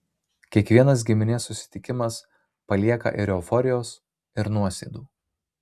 kiekvienas giminės susitikimas palieka ir euforijos ir nuosėdų